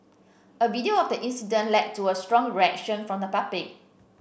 a video of the incident led to a strong reaction from the public